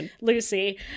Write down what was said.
Lucy